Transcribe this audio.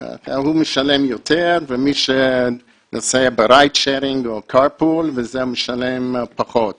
משלם יותר ומי שנוסע ב-ride sharing או ב-carpool משלם פחות.